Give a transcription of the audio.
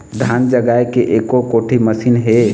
धान जगाए के एको कोठी मशीन हे?